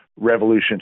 revolution